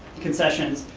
concessions,